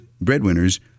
breadwinners